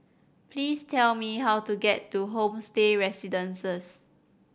please tell me how to get to Homestay Residences